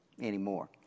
anymore